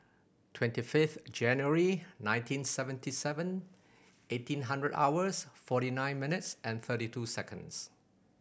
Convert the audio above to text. twenty fifth January nineteen seventy seven eighteen hundred hours forty nine minutes and thirty two seconds